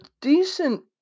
decent